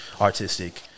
artistic